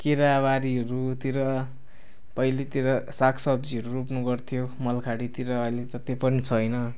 केराबारीहरूतिर पहिलेतिर सागसब्जीहरू रोप्ने गर्थ्यो मलखाडीहरूतिर अहिले त त्यो पनि छैन